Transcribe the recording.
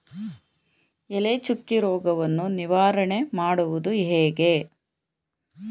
ಎಲೆ ಚುಕ್ಕಿ ರೋಗವನ್ನು ನಿವಾರಣೆ ಮಾಡುವುದು ಹೇಗೆ?